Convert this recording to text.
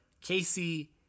Casey